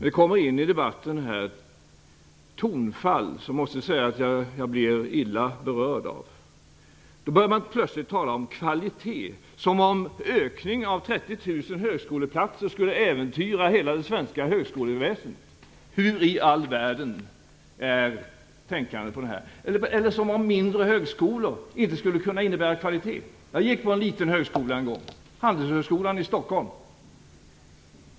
Det har här i debatten funnits tonfall som jag blir illa berörd av. Man börjar plötsligt tala om kvalitet, som om ökning av 30 000 högskoleplatser skulle äventyra hela det svenska högskoleväsendet. Hur i all världen tänker man på den här punkten? Som om mindre högskolor inte skulle kunna innebära kvalitet! Jag gick på en liten högskola en gång - Handelshögskolan i Stockholm.